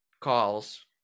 calls